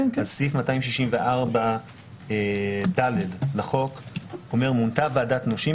סעיף 264(ד) לחוק אומר "מונתה ועדת נושים,